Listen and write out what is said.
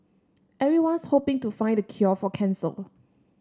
everyone's hoping to find the cure for cancer